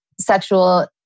Sexual